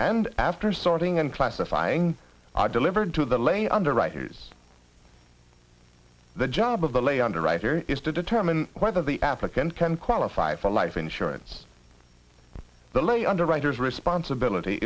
and after sorting and classifying are delivered to the lay underwriters the job of the lay underwriter is to determine whether the applicant can qualify for life insurance the lay underwriters responsibility